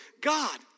God